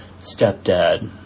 stepdad